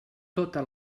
tota